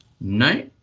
no